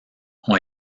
ont